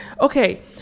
Okay